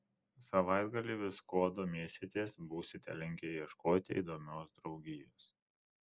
savaitgalį viskuo domėsitės būsite linkę ieškoti įdomios draugijos